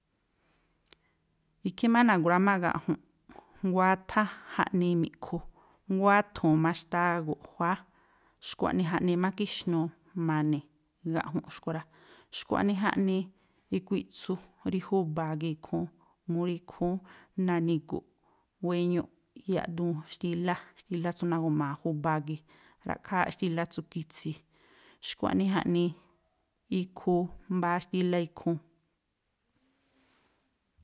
Ikhí má na̱grua̱ꞌmáꞌ gaꞌju̱nꞌ, nguáthá jaꞌnii mi̱ꞌkhu, nguáthu̱un má xtáá guꞌjuáá, xkua̱ꞌnii jaꞌnii má kíxnuu ma̱ni̱ gaꞌju̱nꞌ xkui̱ rá. Xkua̱ꞌnii jaꞌnii ikuiꞌtsu rí júba̱a gii̱ ikhúún, mu rí ikhúún nani̱gu̱ꞌ wéñúꞌ yaꞌduun xtílá, xtílá tsú nagu̱maa júba̱a gii̱. Ra̱ꞌkhááꞌ xtílá tsú kitsi̱i̱. Xkua̱ꞌnii jaꞌnii ikhuu mbáá xtílá ikhúún.